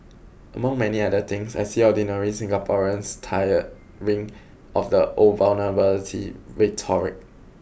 among many other things I see ordinary Singaporeans tiring of the old vulnerability rhetoric